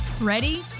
ready